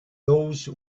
those